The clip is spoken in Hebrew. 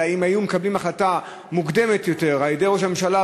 אלא אם היו מקבלים החלטה מוקדמת יותר על-ידי ראש הממשלה,